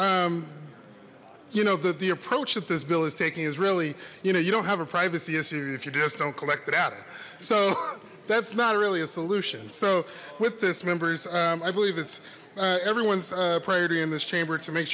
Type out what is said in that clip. however you know that the approach that this bill is taking is really you know you don't have a privacy issue if you just don't collect it out so that's not really a solution so with this members i believe it's everyone's priority in this chamber to make